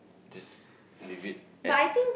just leave it at